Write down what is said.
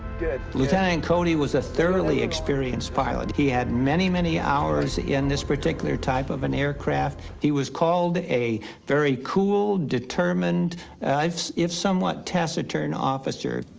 lieutenant cody was a thoroughly experienced pilot. he had many, many hours in this particular type of an aircraft. he was called a very cool, determined if, somewhat, taciturn officer.